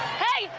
hey,